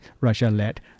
Russia-led